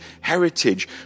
heritage